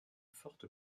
fortes